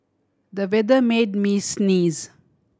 the weather made me sneeze